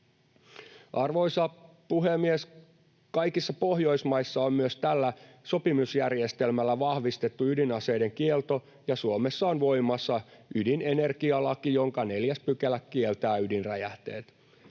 Arvoisa puhemies! Kaikissa Pohjoismaissa on myös tällä sopimusjärjestelmällä vahvistettu ydinaseiden kielto, ja Suomessa on voimassa ydinenergialaki, jonka 4 § kieltää ydinräjähteet.